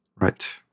Right